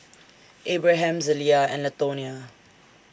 Abraham Zelia and Latonya